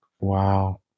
Wow